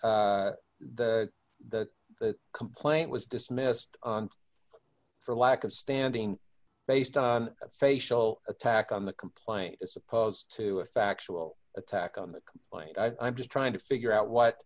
the the complaint was dismissed for lack of standing based on facial attack on the complaint as opposed to a factual attack on the complaint i'm just trying to figure out what